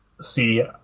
see